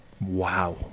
wow